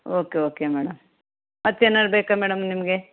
okay okay madam ಮತ್ತೇನಾದ್ರ್ ಬೇಕಾ madam ನಿಮಗೆ